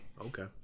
okay